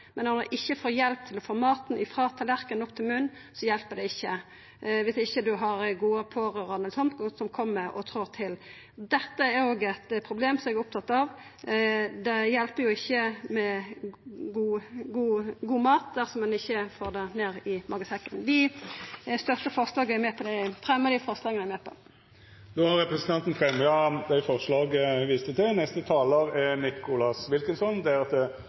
men når ein ikkje får hjelp til å få maten frå tallerkenen og opp til munnen, hjelper det ikkje – om du ikkje har gode pårørande som kjem og trår til. Dette er òg eit problem som eg er opptatt av. Det hjelper jo ikkje med god mat dersom ein ikkje får det ned i magesekken. Eg tar opp forslaga nr. 3 og 4, som Senterpartiet er med på. Då har representanten Kjersti Toppe teke opp dei forslaga ho viste til. Sunn mat er